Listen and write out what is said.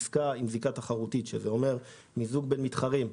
עסקה עם זיקה תחרותית שזה אומר מיזוג בין מתחרים,